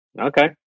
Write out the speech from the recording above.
Okay